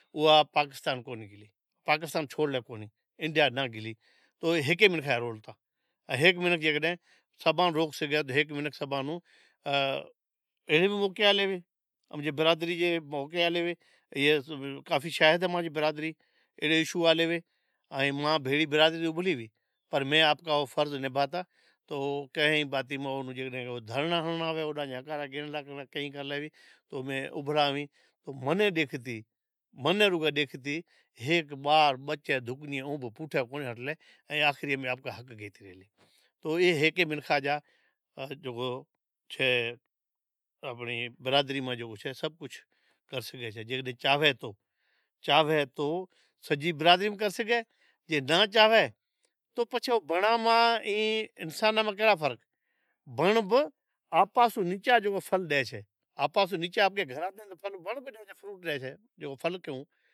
اوئا پاکستان چھوڑلیں نا تو ہیکے منکھے جو کام تو ہیک منکھ جے سبھان نو کہے بھی پانجی برادری کافی شاہد اے مانجی برادری کافی اشو ہلیا تو میں آپ جا فرض نبھاتا تو تو میں ابھراویں منیں ڈیکھتی تو ہیک بار بچے آخری تو اے ہیکے منکھا جا آنپڑی برادری جا سبھ کجھ چاہوے تو۔ چھاوی تو سجی برادری بھی کر سگھی، جی نا چھاوی تو پچھی او بنڑاں ماں ائین انشانا ماں بنڑ بہ آپاں سون نیچا سن ڈی چھی آپا سون نیچی۔